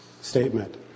statement